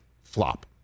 flop